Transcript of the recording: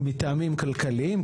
מטעמים כלכליים,